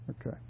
okay